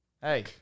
Hey